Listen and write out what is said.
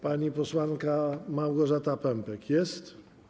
Pani posłanka Małgorzata Pępek jest?